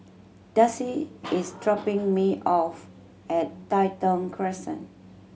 Darcy is dropping me off at Tai Thong Crescent